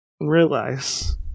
Realize